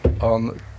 on